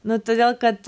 na todėl kad